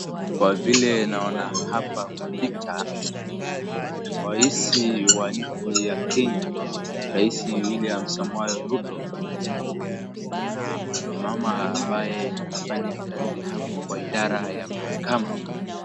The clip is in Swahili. Kwa vile naona hapa kwa picha ni raisi wa nchi ya Kenya, raisi William Samoei Ruto na mama ambaye anafanya kazi hapo kwa idara ya mahakama.